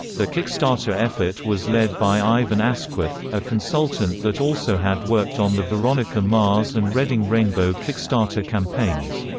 the kickstarter effort was led by ivan askwith, a consultant that also had worked on the veronica mars and reading rainbow kickstarter campaigns.